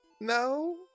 No